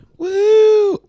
woo